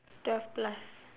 twelve plus